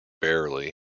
Barely